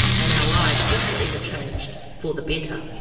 and our lives were forever changed for the better.